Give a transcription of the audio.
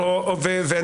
נכון.